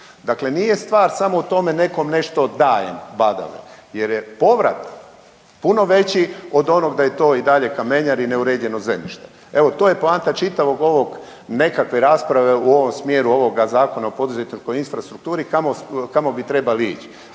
Dakle nije stvar samo u tome nekom nešto dajem badave jer je povrat puno veći od onog da je to i dalje kamenjar i neuređeno zemljište. Evo, to je poanta čitavog ovog nekakve rasprave u ovom smjeru ovoga Zakona o poduzetničkoj infrastrukturi, kamo bi trebali ići.